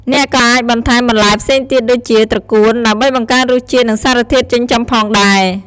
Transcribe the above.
អ្នកក៏អាចបន្ថែមបន្លែផ្សេងទៀតដូចជា ត្រកួន ដើម្បីបង្កើនរសជាតិ និងសារធាតុចិញ្ចឹមផងដែរ។